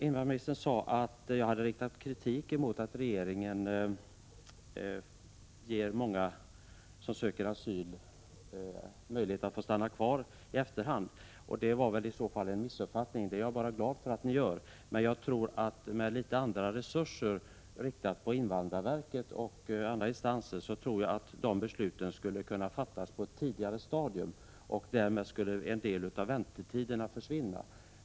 Invandrarministern sade att jag hade kritiserat regeringen för att den i efterhand ger många som söker asyl möjligheter att stanna kvar. Detta är en missuppfattning. Jag är glad för att regeringen handlar på detta sätt. Men jag tror att om invandrarverket och andra instanser hade litet större resurser skulle besluten kunna fattas på ett tidigare stadium. Därmed skulle en del av väntetiderna försvinna.